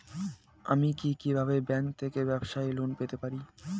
আমি কি কিভাবে ব্যাংক থেকে ব্যবসায়ী লোন পেতে পারি?